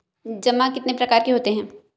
जमा कितने प्रकार के होते हैं?